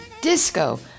disco